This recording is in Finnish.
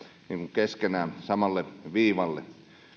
keskenään samalle viivalle